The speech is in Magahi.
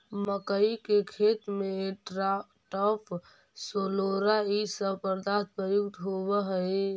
मक्कइ के खेत में एट्राटाफ, सोलोरा इ सब पदार्थ प्रयुक्त होवऽ हई